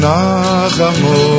Nachamu